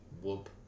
whoop